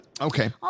Okay